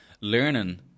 learning